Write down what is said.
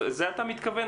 לזה אתה מתכוון?